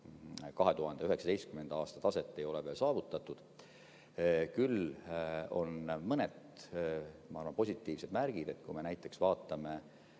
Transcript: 2019. aasta taset ei ole veel saavutatud. Küll on mõned positiivsed märgid. Kui me näiteks vaatame